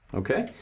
okay